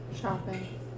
Shopping